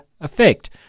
effect